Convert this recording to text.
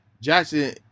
Jackson